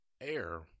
air